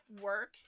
work